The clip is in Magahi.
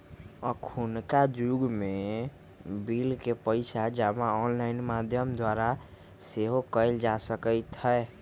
अखुन्का जुग में बिल के पइसा जमा ऑनलाइन माध्यम द्वारा सेहो कयल जा सकइत हइ